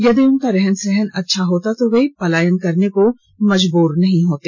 यदि उनका रहन सहन अच्छा होता तो वो पलायन करने को मजबूर नहीं होते